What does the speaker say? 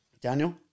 Daniel